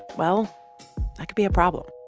well, that could be a problem